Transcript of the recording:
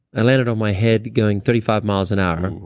i landed on my head going thirty five miles an hour.